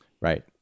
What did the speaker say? Right